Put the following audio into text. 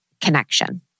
connection